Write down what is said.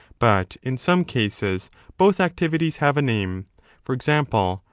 but in some cases both activities have a name for example,